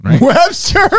Webster